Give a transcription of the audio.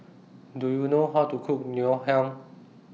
Do YOU know How to Cook Ngoh Hiang